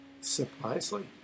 Surprisingly